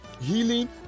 healing